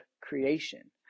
creation